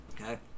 okay